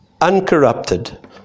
uncorrupted